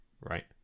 right